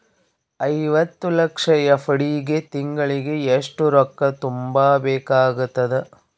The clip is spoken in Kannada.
ಐವತ್ತು ಲಕ್ಷ ಎಫ್.ಡಿ ಗೆ ತಿಂಗಳಿಗೆ ಎಷ್ಟು ರೊಕ್ಕ ತುಂಬಾ ಬೇಕಾಗತದ?